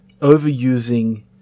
overusing